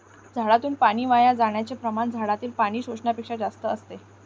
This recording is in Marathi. झाडातून पाणी वाया जाण्याचे प्रमाण झाडातील पाणी शोषण्यापेक्षा जास्त असते